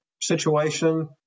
situation